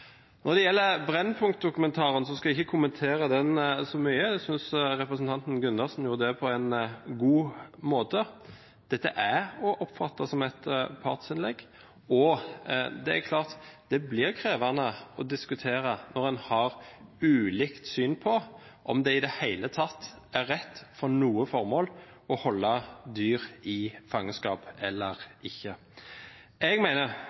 Når det gjelder Brennpunkt-dokumentaren, skal jeg ikke kommentere den så mye. Jeg synes representanten Gundersen gjorde det på en god måte. Dette er å oppfatte som et partsinnlegg, og det er klart at det blir krevende å diskutere når en har ulikt syn på om det i det hele tatt er rett for noe formål å holde dyr i fangenskap eller ikke. Jeg mener